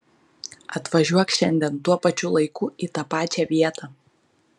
atvažiuok šiandien tuo pačiu laiku į tą pačią vietą